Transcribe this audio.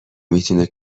میتونه